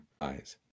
eyes